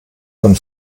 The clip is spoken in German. von